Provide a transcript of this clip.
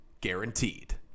guaranteed